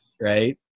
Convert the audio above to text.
Right